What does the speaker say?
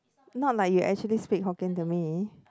not like you actually speak hokkien to me